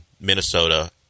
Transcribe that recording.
Minnesota